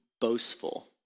boastful